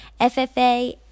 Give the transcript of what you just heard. FFA